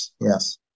Yes